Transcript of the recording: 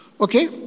Okay